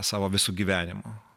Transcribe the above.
savo visu gyvenimu